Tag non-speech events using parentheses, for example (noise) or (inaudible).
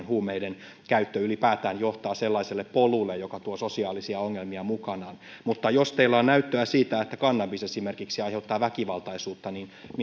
(unintelligible) huumeiden käyttö ylipäätään johtaa sellaiselle polulle joka tuo sosiaalisia ongelmia mukanaan mutta jos teillä on näyttöä siitä että kannabis esimerkiksi aiheuttaa väkivaltaisuutta